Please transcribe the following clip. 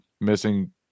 missing